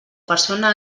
persona